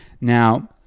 Now